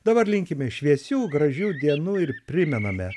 dabar linkime šviesių gražių dienų ir primename